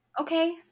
Okay